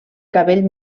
cabell